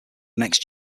next